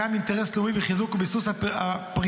קיים אינטרס לאומי בחיזוק וביסוס הפריסה